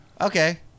Okay